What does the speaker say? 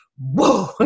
whoa